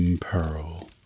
Pearl